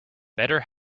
better